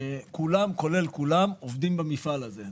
כולם כולל כולם עובדים במפעל הזה.